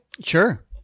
sure